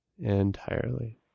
Entirely